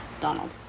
Donald